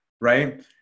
right